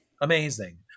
amazing